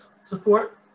support